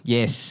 Yes